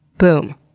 boom.